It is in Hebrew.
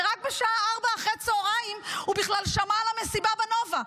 ורק בשעה 16:00 אחרי הצוהריים הוא בכלל שמע על המסיבה בנובה.